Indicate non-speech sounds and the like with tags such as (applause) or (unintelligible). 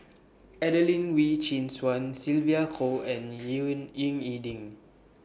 Adelene Wee Chin Suan Sylvia Kho and (unintelligible) Ying E Ding